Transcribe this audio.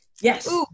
Yes